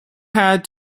had